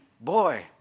boy